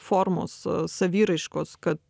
formos saviraiškos kad